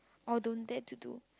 or don't dare to do